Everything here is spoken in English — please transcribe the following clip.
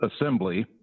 assembly